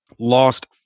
lost